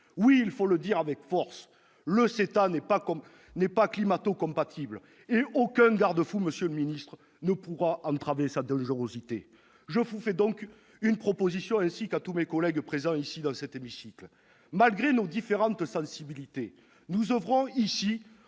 Oui, il faut le dire avec force : le CETA n'est pas climato-compatible et aucun garde-fou, monsieur le ministre d'État, ne pourra entraver sa dangerosité ! Je vous fais donc une proposition, ainsi qu'à tous mes collègues ici présents : malgré nos différentes sensibilités, nous oeuvrons